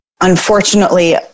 Unfortunately